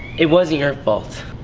it wasn't your fault.